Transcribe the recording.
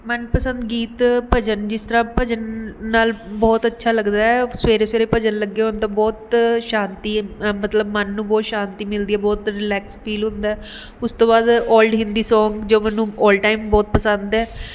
ਮਨਪਸੰਦ ਗੀਤ ਭਜਨ ਜਿਸ ਤਰ੍ਹਾਂ ਭਜਨ ਨਾਲ ਬਹੁਤ ਅੱਛਾ ਲੱਗਦਾ ਹੈ ਸਵੇਰੇ ਸਵੇਰੇ ਭਜਨ ਲੱਗੇ ਹੋਣ ਤਾਂ ਬਹੁਤ ਸ਼ਾਂਤੀ ਮਤਲਬ ਮਨ ਨੂੰ ਬਹੁਤ ਸ਼ਾਂਤੀ ਮਿਲਦੀ ਹੈ ਬਹੁਤ ਰੀਲੈਕਸ ਫੀਲ ਹੁੰਦਾ ਹੈ ਉਸ ਤੋਂ ਬਾਅਦ ਓਲਡ ਹਿੰਦੀ ਸੌਂਗ ਜੋ ਮੈਨੂੰ ਆਲ ਟਾਈਮ ਬਹੁਤ ਪਸੰਦ ਹੈ